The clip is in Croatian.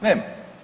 Nema.